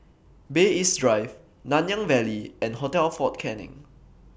Bay East Drive Nanyang Valley and Hotel Fort Canning